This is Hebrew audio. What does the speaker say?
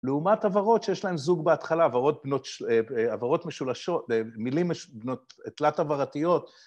לעומת הברות שיש להן זוג בהתחלה, הברות משולשות, מילים תלת הברתיות.